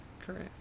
Correct